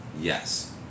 Yes